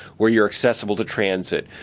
where you are accessible to transit,